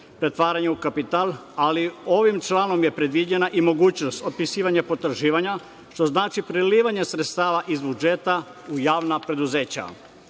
pretvaranja u kapital, ali ovim članom je predviđena i mogućnost otpisivanja potraživanja, što znači prelivanje sredstava iz budžeta u javna preduzeća. Srpska